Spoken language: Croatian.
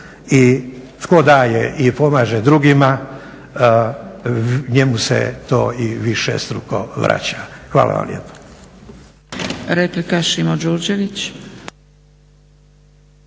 i tko daje i pomaže drugima njemu se to i višestruko vraća. Hvala vam lijepo.